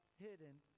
hidden